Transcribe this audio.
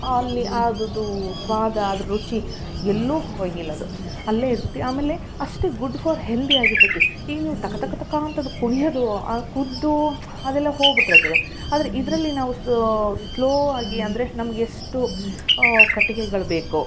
ಅಲ್ಲಿ ಅದ್ರುದೂ ಸ್ವಾದ ಅದ್ರ ರುಚಿ ಎಲ್ಲೂ ಹೋಗಿಲ್ಲ ಅದು ಅಲ್ಲಿಯೇ ಇರ್ತದೆ ಆಮೇಲೆ ಅಷ್ಟು ಗುಡ್ ಫಾರ್ ಹೆಲ್ದಿ ಆಗಿರ್ತದೆ ಈಗ ನೀವು ತಕ ತಕ ತಕಾ ಅಂತ ಅದು ಕುಣಿಯೋದು ಕುದ್ದೂ ಅದೆಲ್ಲ ಹೋಗ್ಬಿಟ್ಟಿರ್ತದೆ ಆದ್ರೆ ಇದರಲ್ಲಿ ನಾವು ಸೋ ಸ್ಲೋ ಆಗಿ ಅಂದರೆ ನಮ್ಗೆ ಎಷ್ಟು ಕಟ್ಟಿಗೆಗಳ್ ಬೇಕೋ